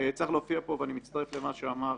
צריך להופיע פה ואני מצטרף למה שאמר